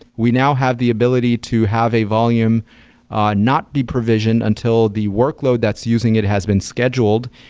we now have the ability to have a volume not be provisioned until the workload that's using it has been scheduled,